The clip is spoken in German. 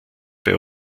bei